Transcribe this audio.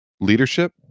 leadership